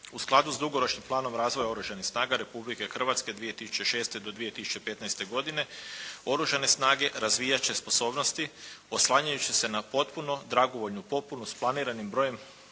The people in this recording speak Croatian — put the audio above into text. U skladu s dugoročnim planom razvoja Oružanih snaga Republike Hrvatske 2006. do 2015. godine oružane snage razvijat će sposobnosti oslanjajući se na potpuno dragovoljnu popunu s planiranim brojem